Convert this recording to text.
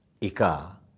Ika